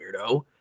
weirdo